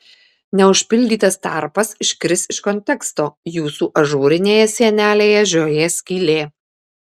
neužpildytas tarpas iškris iš konteksto jūsų ažūrinėje sienelėje žiojės skylė